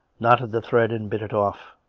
knotted the thread and bit it off.